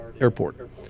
Airport